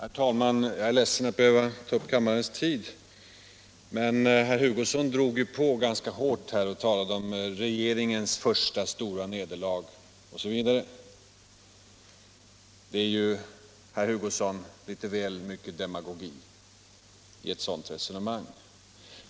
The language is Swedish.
Herr talman! Jag är ledsen över att behöva ta upp kammarens tid, men herr Hugosson drog ju på ganska hårt och talade om regeringens första stora nederlag osv. Det är litet väl mycket demagogi i ett sådant resonemang.